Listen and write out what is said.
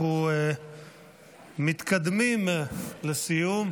אנחנו מתקדמים לסיום.